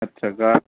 ꯅꯠꯇ꯭ꯔꯒ